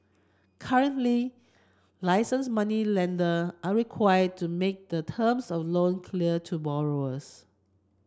currently licensed moneylender are required to make the terms of loan clear to borrowers